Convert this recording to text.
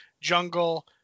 Jungle